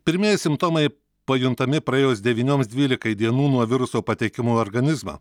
pirmieji simptomai pajuntami praėjus devynioms dvylikai dienų nuo viruso patekimo į organizmą